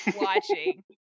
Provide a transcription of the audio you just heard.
watching